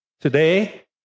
today